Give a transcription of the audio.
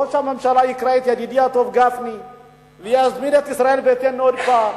ראש הממשלה יקרא לידידי הטוב גפני ויזמין את ישראל ביתנו עוד פעם,